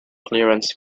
clearance